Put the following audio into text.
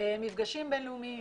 מפגשים בין-לאומיים.